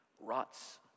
rots